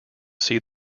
see